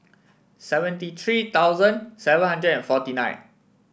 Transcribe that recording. seventy three thousand seven hundred and forty nine